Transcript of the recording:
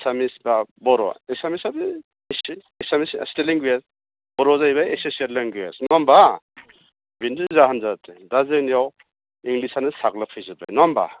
एसामिस बा बर' एसामिसआबो स्टेट एसामिस स्टेट लेंगुवेज बर'आ जाहैबाय एससियेल लेंगुवेज नङा होम्बा बिनोथ' जाहोन जादों दा जोंनियाव इंग्लिसआनो साग्लोबफैजोबाय नङा होम्बा